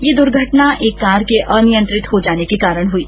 ये दुर्घटना एक कार के अनियंत्रित हो जाने के कारण हुई